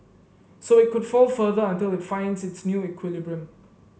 so it could fall further until it finds its new equilibrium